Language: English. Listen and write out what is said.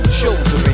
shoulder